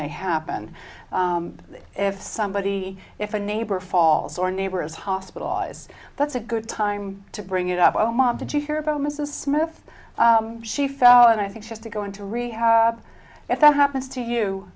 they happen if somebody if a neighbor falls or a neighbor is hospitalized that's a good time to bring it up while mom did you hear about mrs smith she fell and i think just to go into rehab if that happens to you